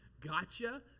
gotcha